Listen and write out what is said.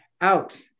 out